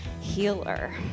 healer